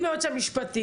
עם היועץ המשפטי,